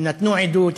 נתנו עדות,